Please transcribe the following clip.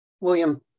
William